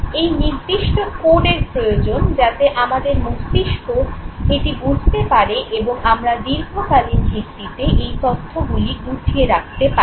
এই নির্দিষ্ট "কোড"এর প্রয়োজন যাতে আমাদের মস্তিষ্ক এটি বুঝতে পারে এবং আমরা দীর্ঘকালীন ভিত্তিতে এই তথ্য গুছিয়ে রাখতে পারি